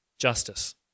Justice